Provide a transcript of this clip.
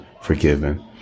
forgiven